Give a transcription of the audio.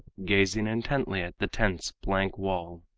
gazing intently at the tent's blank wall,